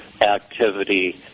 activity